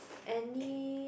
any